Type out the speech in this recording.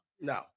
no